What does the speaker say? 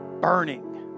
burning